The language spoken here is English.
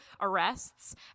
arrests